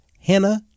Hannah